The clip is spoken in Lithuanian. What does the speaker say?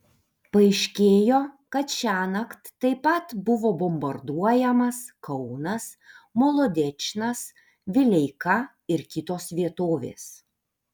paaiškėjo kad šiąnakt taip pat buvo bombarduojamas kaunas molodečnas vileika ir kitos vietovės